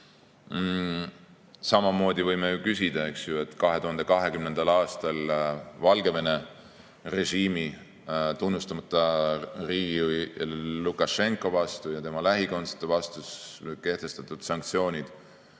Samamoodi võime öelda, et 2020. aastal Valgevene režiimi tunnustamata riigijuhi Lukašenka ja tema lähikondsete vastu kehtestatud sanktsioonid